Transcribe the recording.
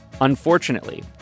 Unfortunately